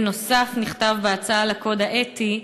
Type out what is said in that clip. בנוסף נכתב בהצעה לקוד האתי: